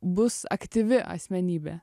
bus aktyvi asmenybė